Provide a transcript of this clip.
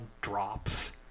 drops